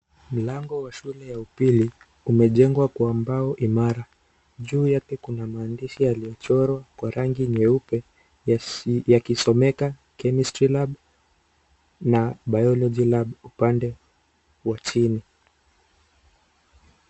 Milango wa shule ya upili umejegwa kwa mbao imara. Juu yake kuna maandishi yaliyochorwa kwa rangi nyeupe yakisomeka (cs) chemistry lab (cs)na (cs)biology lab(cs) upande wa chini.